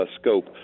scope